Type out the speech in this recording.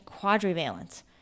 quadrivalent